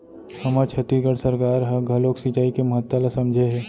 हमर छत्तीसगढ़ सरकार ह घलोक सिचई के महत्ता ल समझे हे